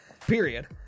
period